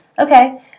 okay